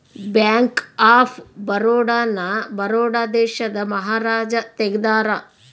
bank of Baroda ನ ಬರೋಡ ದೇಶದ ಮಹಾರಾಜ ತೆಗ್ದಾರ